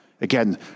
again